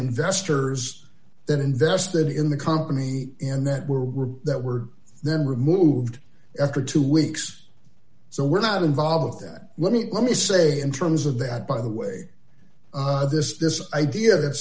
investors that invested in the company and that were that were then removed after two weeks so were not involved that let me let me say in terms of that by the way this this idea that